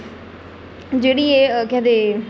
जेह्ड़ी एह् केह् आखदे